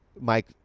Mike